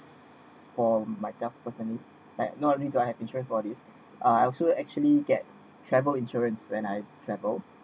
for myself personally like normally don't have insurance for this uh I also actually get travel insurance when I traveled